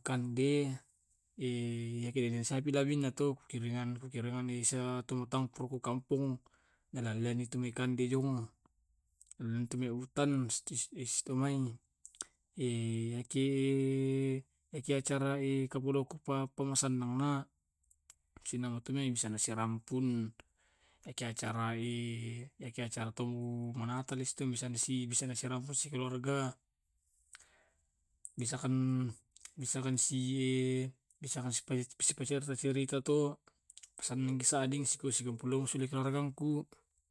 kande iyatu bisa masennang to.